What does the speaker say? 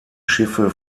schiffe